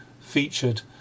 featured